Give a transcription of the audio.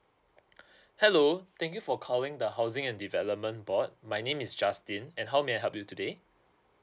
hello thank you for calling the housing and development board my name is justin and how may I help you today